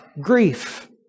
grief